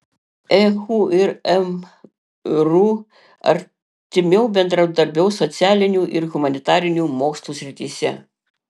ehu ir mru artimiau bendradarbiaus socialinių ir humanitarinių mokslų srityse